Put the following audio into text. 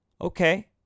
okay